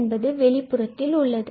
என்பது வெளிப்புறத்தில் உள்ளது